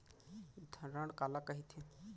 धरण काला कहिथे?